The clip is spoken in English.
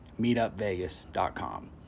meetupvegas.com